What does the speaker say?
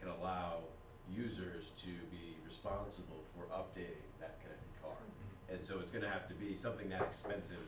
could allow users to be responsible for up to it so it's going to have to be something that expensive